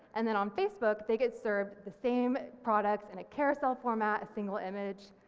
and then on facebook they get served the same products and a carousel format, a single image,